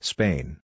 Spain